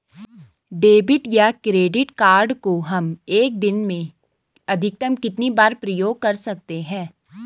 Debit या credit card को हम एक दिन में अधिकतम कितनी बार प्रयोग कर सकते हैं?